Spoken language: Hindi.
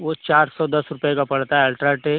वह चार सौ दस रुपये का पड़ता है अल्ट्राटेक